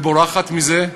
ובורחת מזה,